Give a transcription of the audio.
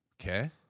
Okay